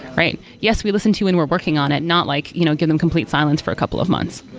right? yes, we listen to and we're working on it. not like, you know give them complete silence for a couple of months.